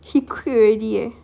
he quit already leh